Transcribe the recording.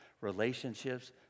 relationships